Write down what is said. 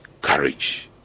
courage